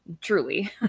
Truly